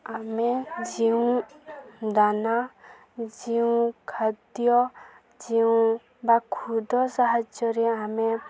ଆମେ ଯେଉଁ ଦାନା ଯେଉଁ ଖାଦ୍ୟ ଯେଉଁ ବା ଖୁଦ ସାହାଯ୍ୟରେ ଆମେ